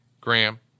Graham